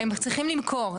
הם צריכים למכור.